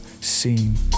seen